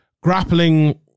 grappling